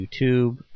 YouTube